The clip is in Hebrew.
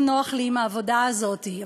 לא נוח לי עם העבודה הזאת.